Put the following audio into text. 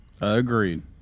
agreed